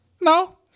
No